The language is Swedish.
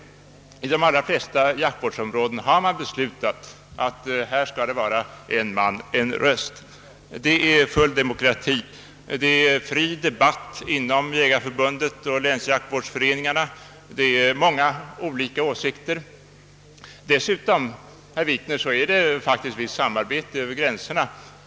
I de allra flesta jaktvårdsområden har man beslutat om principen en man — en röst. Det är full demokrati. Det förekommer fri debatt inom Jägareförbundet och länsjaktvårdsföreningarna. Det finns många olika åsikter. Dessutom, herr Wikner, förekommer faktiskt ett visst samarbete över gränserna.